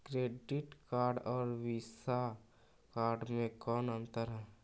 Credit card और Visa card मे कौन अन्तर है?